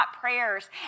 prayers